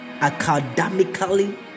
academically